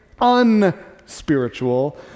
unspiritual